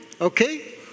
okay